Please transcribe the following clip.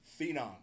Phenom